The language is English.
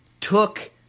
took